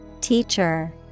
Teacher